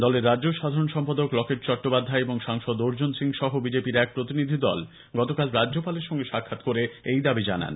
দলের রাজ্য সাধারণ সম্পাদক লকেট চট্টোপাধ্যায় এবং সাংসদ অর্জুন সিং সহ বিজেপির এক প্রতিনিধি দল গতকাল রাজ্যপালের সঙ্গে সাক্ষাৎ করে এই দাবি জানান